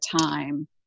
time